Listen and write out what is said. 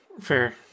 Fair